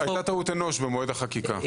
והייתה טעות אנוש במועד החקיקה.